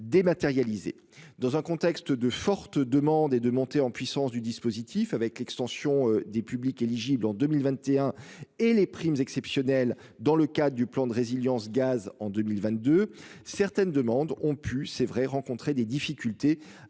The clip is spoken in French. dans un contexte de forte demande et de montée en puissance du dispositif avec l'extension des publics éligibles en 2021 et les primes exceptionnelles dans le cas du plan de résilience gaz en 2022, certaines demandes ont pu c'est vrai rencontrer des difficultés à aboutir dans les